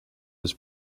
his